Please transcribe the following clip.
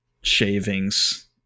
shavings